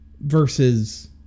versus